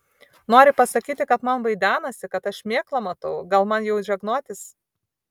nori pasakyti kad man vaidenasi kad aš šmėklą matau gal man jau žegnotis